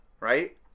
Right